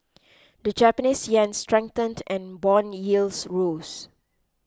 the Japanese yen strengthened and bond yields rose